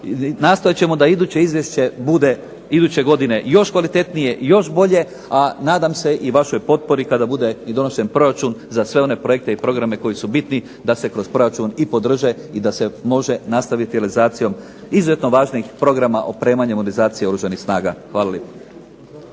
Nastojat ćemo da iduće izvješće bude iduće godine još kvalitetnije, još bolje, a nadam se i vašoj potpori kada bude i donošen proračun za sve one projekte i programe koji su bitni da se kroz proračun i podrže i da se može nastaviti realizacijom izuzetno važnih programa opremanja imunizacije Oružanih snaga. Hvala